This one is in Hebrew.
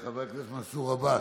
חבר הכנסת מנסור עבאס,